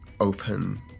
open